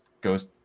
goes